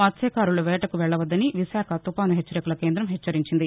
మత్స్యకారులు వేటకు వెళ్లకూడదని విశాఖ తుపాను హెచ్చరికల కేందం హెచ్చరించింది